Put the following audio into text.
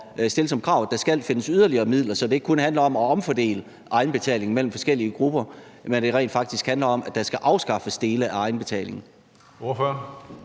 at der skal findes yderligere midler, så det ikke kun handler om at omfordele egenbetaling mellem forskellige grupper, men at det rent faktisk handler om, at dele af egenbetalingen